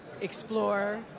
explore